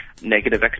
negative